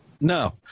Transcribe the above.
no